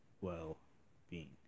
well-being